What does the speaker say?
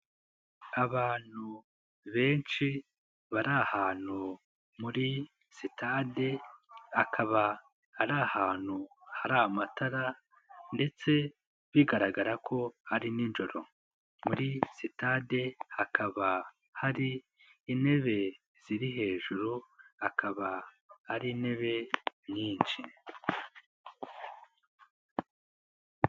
Abantu benshi bari ahantu muri sitade, akaba ari ahantu hari amatara ndetse bigaragara ko ari nijoro. Muri sitade hakaba hari intebe ziri hejuru, akaba ari intebe nyinshi.